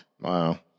Wow